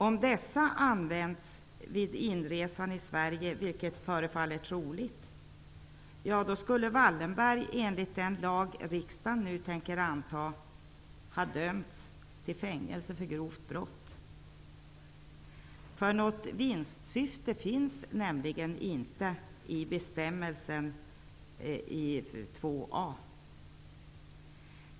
Om dessa hade använts vid inresan i Sverige, vilket förefaller troligt, skulle Wallenberg ha dömts till fängelse för grovt brott om den lag som riksdagen nu tänker anta fanns då. Ordet vinstsyfte finns nämligen inte med i 2 a §.